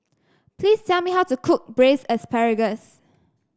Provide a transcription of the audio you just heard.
please tell me how to cook Braised Asparagus